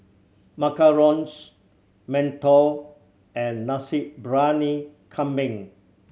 macarons mantou and Nasi Briyani Kambing